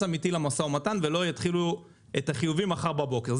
אמיתי למשא ומתן ולא יתחילו את החיובים מחר בבוקר.